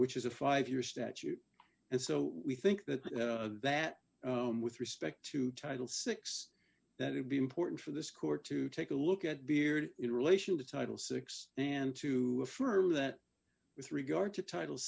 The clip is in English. which is a five year statute and so we think that that with respect to title six that it be important for this court to take a look at beard in relation to title six and to affirm that with regard to title